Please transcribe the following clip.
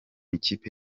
ikipe